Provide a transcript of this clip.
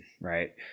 right